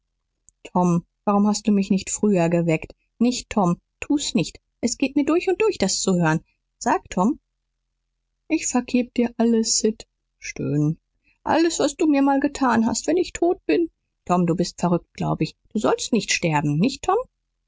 tom warum hast du mich nicht früher geweckt nicht tom tu's nicht es geht mir durch und durch das zu hören sag tom ich vergebe dir alles sid stöhnen alles was du mir mal getan hast wenn ich tot bin tom du bist verrückt glaub ich du sollst nicht sterben nicht tom